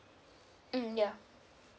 mm yeah